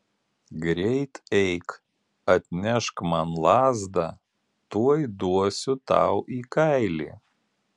greit eik atnešk man lazdą tuoj duosiu tau į kailį